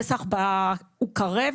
פסח קרב,